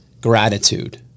gratitude